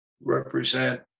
represent